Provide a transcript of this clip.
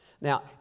Now